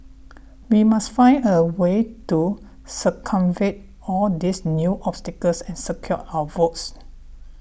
we must find a way to circumvent all these new obstacles and secure our votes